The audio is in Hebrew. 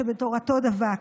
שבתורתו דבק.